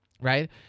right